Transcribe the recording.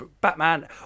Batman